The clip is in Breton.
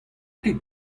ket